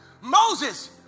Moses